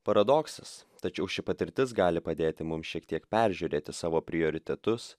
paradoksas tačiau ši patirtis gali padėti mums šiek tiek peržiūrėti savo prioritetus